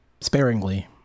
Sparingly